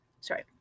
sorry